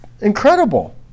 incredible